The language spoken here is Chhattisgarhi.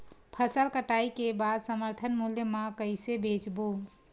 फसल कटाई के बाद समर्थन मूल्य मा कइसे बेचबो?